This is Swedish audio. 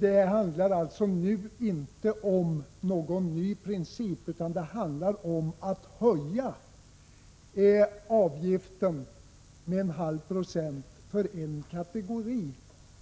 Det handlar alltså nu inte om någon ny princip, utan det handlar om att höja avgiften med en halv procent för en kategori